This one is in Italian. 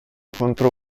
contro